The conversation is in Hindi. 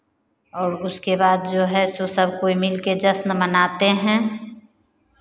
और उसके बाद जो है सो सब कोई मिल के जश्न मनाते हैं